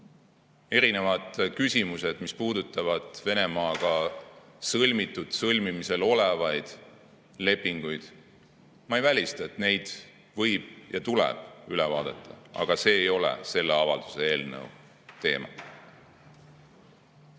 isoleerida. Küsimused, mis puudutavad Venemaaga sõlmitud või sõlmimisel olevaid lepinguid – ma ei välista, et neid võib ja tuleb üle vaadata, aga see ei ole selle avalduse eelnõu teema.